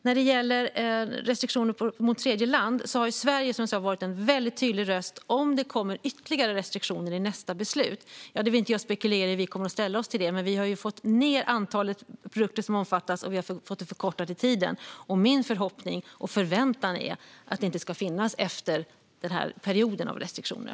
När det gäller restriktioner mot tredjeland har Sverige som sagt varit en tydlig röst om det kommer ytterligare restriktioner i nästa beslut. Jag vill inte spekulera i hur vi kommer att ställa oss till det, men vi har fått ned antalet produkter som omfattas och fått det förkortat i tiden. Min förhoppning och förväntan är att det inte ska finnas efter den här perioden av restriktioner.